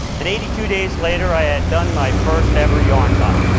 and eighty two days later, i had done my first ever yarnbomb.